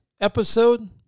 episode